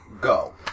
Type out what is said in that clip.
go